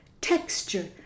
texture